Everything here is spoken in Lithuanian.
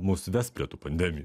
mus ves prie tų pandemijų